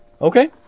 Okay